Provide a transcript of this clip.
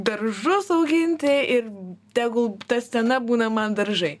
daržus auginti ir tegul ta scena būna man daržai